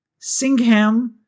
Singham